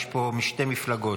יש פה משתי מפלגות.